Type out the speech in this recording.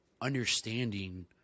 understanding